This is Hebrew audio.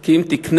כי אם תקנה,